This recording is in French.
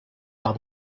par